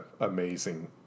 amazing